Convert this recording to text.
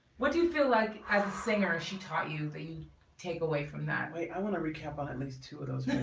what do you feel like as a singer she taught you they take away from that? wait i want to recap on at least two of those